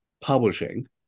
publishing